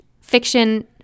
fiction